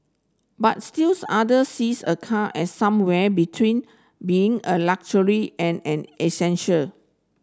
but still other sees a car as somewhere between being a luxury and an essential